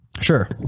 Sure